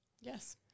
yes